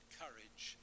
courage